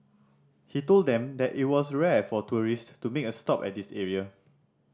he told them that it was rare for tourist to make a stop at this area